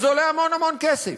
וזה עולה המון המון כסף,